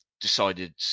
decided